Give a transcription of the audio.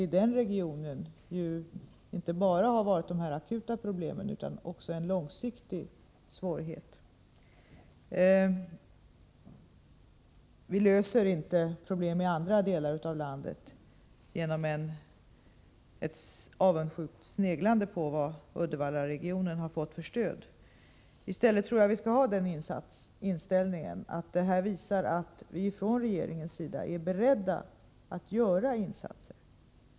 I den regionen har det inte bara varit fråga om dessa akuta problem utan också långsiktiga svårigheter. Vi löser inte problemen i andra delar av landet genom ett avundsjukt sneglande på vad Uddevallaregionen har fått för stöd. I stället tror jag att man skall ha inställningen att detta visar att vi i regeringen är beredda att göra insatser.